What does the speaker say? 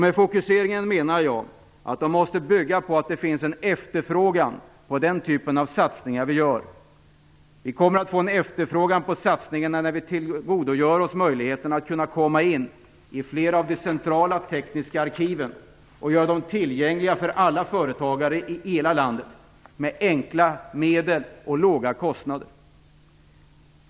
Med fokuserade menar jag att dessa satsningar måste bygga på en efterfrågan på den typ av satsningar vi gör. Vi kommer att få en efterfrågan på satsningar när vi tillgodogör oss möjligheten att komma in i flera av de centrala tekniska arkiven och göra dem tillgängliga för alla företagare i hela landet med enkla medel och låga kostnader.